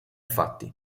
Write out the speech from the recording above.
fatti